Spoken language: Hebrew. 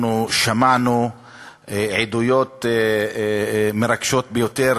אנחנו שמענו עדויות מרגשות ביותר